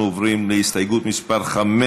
אנחנו עוברים להסתייגות מס' 5,